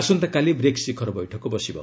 ଆସନ୍ତାକାଲି ବ୍ରିକ୍ ଶିଖର ବୈଠକ ବସିବ